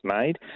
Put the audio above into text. made